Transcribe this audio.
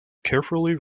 carefully